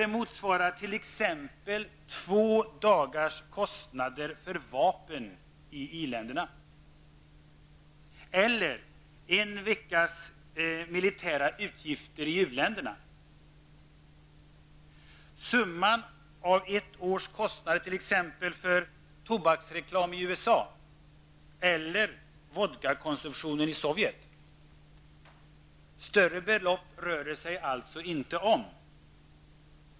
Det motsvarar t.ex. två dagars kostnader för vapen i iländerna eller en veckas militära utgifter i uländerna eller summan av ett års kostnader för tobaksreklam i USA eller vodkakonsumtion i Sovjet. Det rör sig således inte om större belopp.